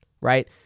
right